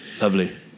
Lovely